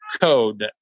code